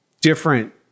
different